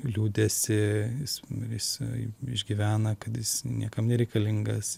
liūdesį jis jisai išgyvena kad jis niekam nereikalingas